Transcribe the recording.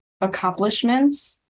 accomplishments